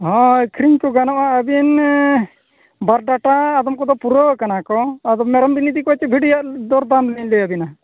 ᱦᱚᱭ ᱟᱹᱠᱷᱨᱤᱧᱠᱚ ᱜᱟᱱᱚᱜᱼᱟ ᱟᱵᱤᱱ ᱵᱟᱨ ᱰᱟᱴᱟ ᱟᱫᱚᱢ ᱠᱚᱫᱚ ᱯᱩᱨᱟᱹᱣ ᱟᱠᱟᱱᱟᱠᱚ ᱟᱫᱚ ᱢᱮᱨᱚᱢᱵᱤᱱ ᱤᱫᱤ ᱠᱚᱣᱟ ᱪᱮ ᱵᱷᱤᱰᱤᱣᱟᱜ ᱫᱚᱨᱫᱟᱢᱞᱤᱧ ᱞᱟᱹᱭᱟᱵᱤᱱᱟ